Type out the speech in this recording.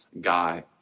guy